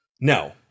No